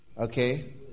Okay